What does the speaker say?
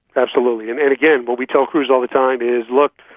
absolutely, and and again, what we tell crews all the time is, look,